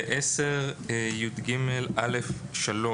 בסעיף 10יג(א)(3),